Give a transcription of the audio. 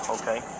okay